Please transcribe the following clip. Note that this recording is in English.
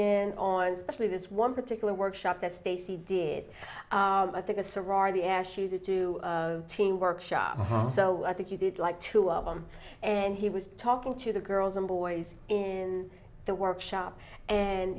in on actually this one particular workshop that stacy did i think a sorority ask you to do a team workshop so i think you did like two of them and he was talking to the girls and boys in the workshop and